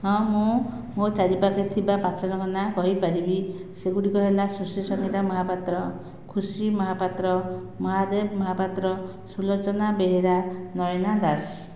ହଁ ମୁଁ ମୋ' ଚାରି ପାଖେ ଥିବା ପାଞ୍ଚ ଜଣଙ୍କ ନାଁ କହିପାରିବି ସେଗୁଡ଼ିକ ହେଲା ସୁଶ୍ରୀ ସଙ୍ଗୀତା ମହାପାତ୍ର ଖୁସି ମହାପାତ୍ର ମହାଦେବ ମହାପାତ୍ର ସୁଲୋଚନା ବେହେରା ନୟନା ଦାସ